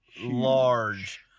large